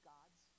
God's